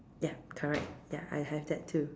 ya correct ya I have that too